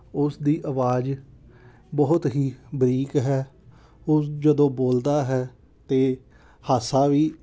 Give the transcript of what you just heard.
ਉਸਦੀ ਆਵਾਜ਼ ਬਹੁਤ ਹੀ ਬਰੀਕ ਹੈ ਉਹ ਜਦੋਂ ਬੋਲਦਾ ਹੈ ਤਾਂ ਹਾਸਾ ਵੀ